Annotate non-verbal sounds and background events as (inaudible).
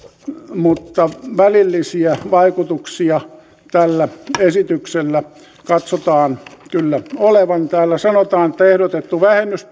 mutta välillisiä vaikutuksia tällä esityksellä katsotaan kyllä olevan täällä sanotaan että ehdotettu vähennys (unintelligible)